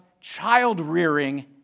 child-rearing